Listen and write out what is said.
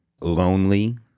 lonely